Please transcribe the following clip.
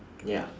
ya